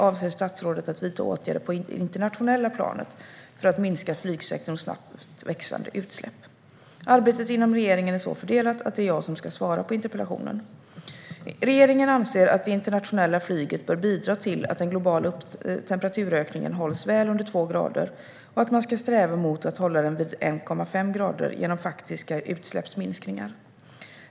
Avser statsrådet att vidta åtgärder på det internationella planet för att minska flygsektorns snabbt växande utsläpp? Arbetet inom regeringen är så fördelat att det är jag som ska svara på interpellationen. Regeringen anser att det internationella flyget bör bidra till att den globala temperaturökningen hålls väl under två grader och att man ska sträva mot att hålla den vid 1,5 grader genom faktiska utsläppsminskningar.